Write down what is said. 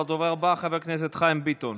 הדובר הבא, חבר הכנסת חיים ביטון.